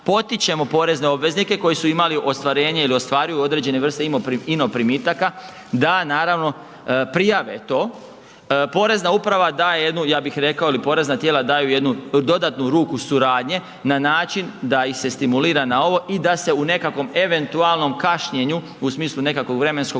potičemo porezne obveznike koji su imali ostvarenje i ostvaruju određene vrste INO primitaka da naravno prijave to. Porezna uprava daje jednu, ja bih rekao ili porezna tijela daju jednu dodatnu ruku suradnje na način da ih se stimulira na ovo i da se u nekakvom eventualnom kašnjenju, u smislu nekakvog vremenskog